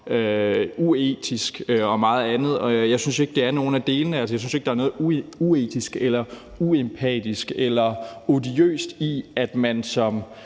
uetisk og meget andet. Jeg synes ikke, at det er nogen af delene. Altså, jeg synes ikke, at der er noget uetisk eller uempatisk eller odiøst i, at man som